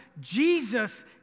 Jesus